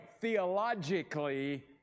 theologically